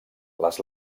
les